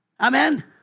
Amen